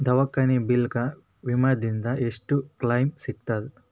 ದವಾಖಾನಿ ಬಿಲ್ ಗ ವಿಮಾ ದಿಂದ ಎಷ್ಟು ಕ್ಲೈಮ್ ಸಿಗತದ?